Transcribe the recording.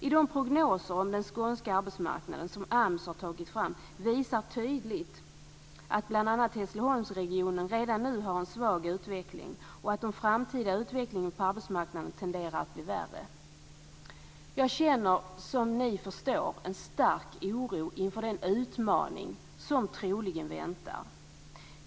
I de prognoser om den skånska arbetsmarknaden som AMS har tagit fram visas tydligt att bl.a. Hässleholmsregionen redan nu har en svag utveckling och att den framtida utvecklingen på arbetsmarknaden tenderar att bli värre. Som ni förstår känner jag en stark oro inför den utmaning som troligen väntar.